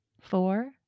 four